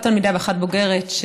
אחת תלמידה ואחת בוגרת,